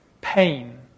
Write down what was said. pain